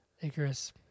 Icarus